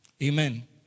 Amen